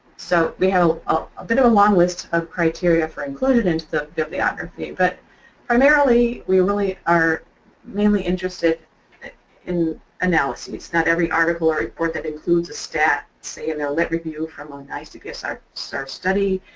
so we have ah a bit of a long list of criteria for inclusion into the bibliography, but primarily we really are mainly interested in analyses. not every article or report that includes a stat, say in their lit review from an icpsr study,